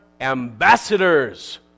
ambassadors